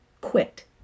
quit